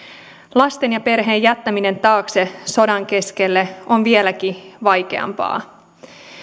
lasten ja perheen jättäminen taakse sodan keskelle on vieläkin vaikeampaa